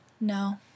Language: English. No